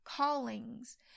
callings